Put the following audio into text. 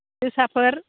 जोसाफोर